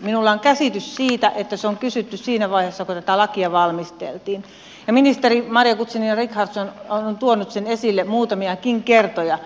minulla on käsitys siitä että se on kysytty siinä vaiheessa kun tätä lakia valmisteltiin ja ministeri maria guzenina richardson on tuonut sen esille muutamiakin kertoja